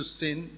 sin